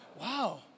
wow